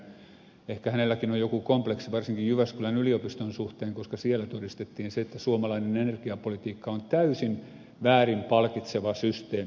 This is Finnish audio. nimittäin ehkä hänelläkin on joku kompleksi varsinkin jyväskylän yliopiston suhteen koska siellä todistettiin se että suomalainen energiapolitiikka on täysin väärin palkitseva systeemi